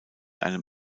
einem